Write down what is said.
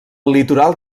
litoral